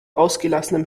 ausgelassenem